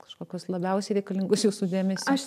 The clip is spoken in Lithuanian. kažkokius labiausiai reikalingus jūsų dėmesiui